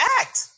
act